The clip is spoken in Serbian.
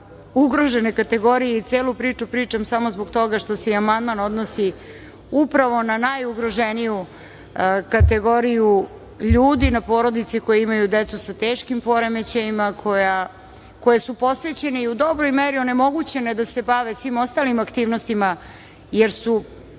ugrožene kategorije. Celu priču pričam samo zbog toga što se i amandman odnosi upravo na najugroženiju kategoriju ljudi, na porodice koje imaju decu sa teškim poremećajima, koje su posvećene i u dobroj meri onemogućene da se bave svim ostalim aktivnostima jer su